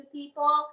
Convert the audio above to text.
people